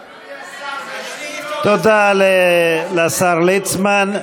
אדוני השר, תודה לשר ליצמן.